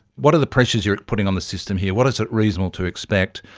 what are the pressures you are putting on the system here? what is it reasonable to expect?